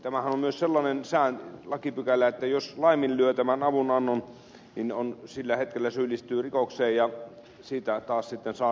tämähän on myös sellainen lakipykälä että jos laiminlyö tämän avunannon niin sillä hetkellä syyllistyy rikokseen ja siitä taas sitten saa rangaistuksen